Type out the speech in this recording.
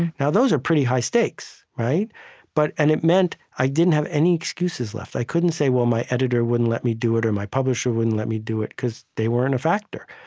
now those are pretty high stakes. but and it meant i didn't have any excuses left. i couldn't say, well my editor wouldn't let me do it, or my publisher wouldn't let me do it because they weren't a factor.